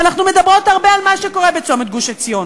ואנחנו מדברות הרבה על מה שקורה בצומת גוש-עציון.